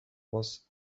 was